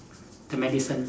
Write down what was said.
the medicine